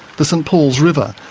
the st paul's river,